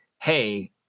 hey